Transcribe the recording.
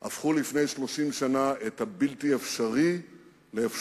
הפכו לפני 30 שנה את הבלתי-אפשרי לאפשרי.